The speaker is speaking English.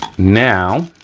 now,